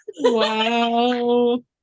Wow